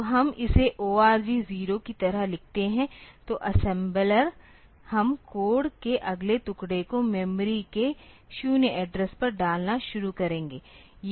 तो हम इसे ORG 0 की तरह लिखते हैं तो असेम्बलर हम कोड के अगले टुकड़े को मेमोरी के 0 एड्रेस पर डालना शुरू करेंगे